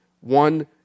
one